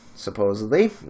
supposedly